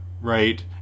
Right